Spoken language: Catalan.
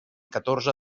catorze